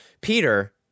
Peter